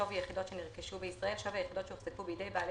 "שווי יחידות שנרכשו בישראל" שווי היחידות שהוחזקו בידי בעלי